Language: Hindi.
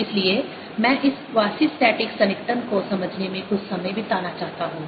इसलिए मैं इस क्वासिस्टेटिक सन्निकटन को समझने में कुछ समय बिताना चाहता हूं